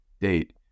date